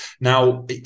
Now